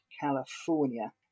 California